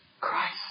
Christ